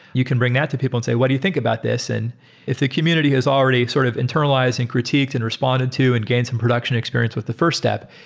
you can bring that to people and say, what do you think about this? if the community has already sort of internalized and critiqued and responded to and gained some production experience with the first step,